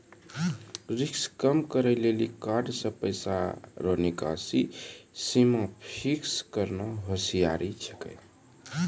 risk कम करै लेली कार्ड से पैसा रो निकासी सीमा फिक्स करना होसियारि छिकै